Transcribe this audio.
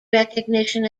recognition